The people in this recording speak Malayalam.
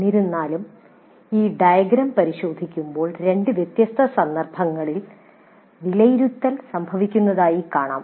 എന്നിരുന്നാലും ഈ ഡയഗ്രം പരിശോധിക്കുമ്പോൾ രണ്ട് വ്യത്യസ്ത സന്ദർഭങ്ങളിൽ വിലയിരുത്തൽ സംഭവിക്കുന്നതായി കാണാം